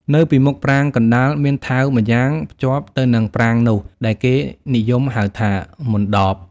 នៅពីមុខប្រាង្គកណ្តាលមានថែវម្យ៉ាងភ្ជាប់ទៅនឹងប្រាង្គនោះ ដែលគេនិយមហៅថា «មណ្ឌប»។